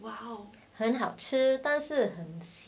很好吃但是很